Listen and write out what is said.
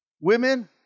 Women